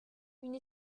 une